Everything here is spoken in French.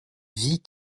vit